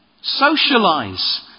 socialize